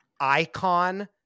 icon